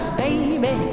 baby